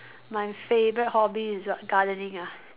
my favorite hobby is what gardening ah